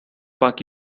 park